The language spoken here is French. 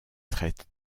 traitent